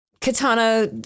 Katana